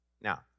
Now